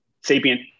sapient